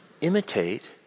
Imitate